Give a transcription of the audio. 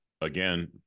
again